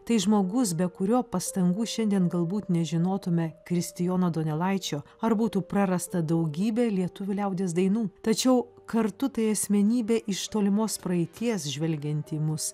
tai žmogus be kurio pastangų šiandien galbūt nežinotume kristijono donelaičio ar būtų prarasta daugybė lietuvių liaudies dainų tačiau kartu tai asmenybė iš tolimos praeities žvelgianti į mus